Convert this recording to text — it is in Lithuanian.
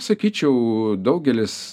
sakyčiau daugelis